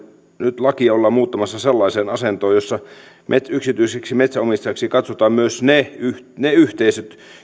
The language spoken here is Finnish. nyt lakia ollaan muuttamassa sellaiseen asentoon jossa yksityisiksi metsänomistajiksi katsotaan myös ne ne yhteisöt